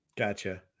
Gotcha